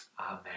Amen